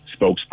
spokesperson